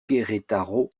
querétaro